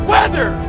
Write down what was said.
Weather